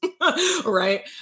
right